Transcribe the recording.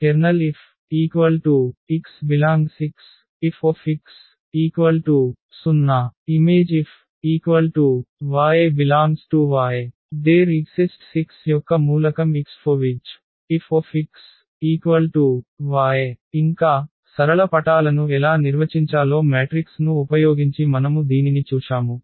Ker Fx∈XFx0 ImFy∈Ythereexistsx∈XforwhichFxy ఇంకా సరళ పటాలను ఎలా నిర్వచించాలో మ్యాట్రిక్స్ ను ఉపయోగించి మనము దీనిని చూశాము